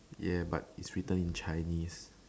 yeah but it's written in chinese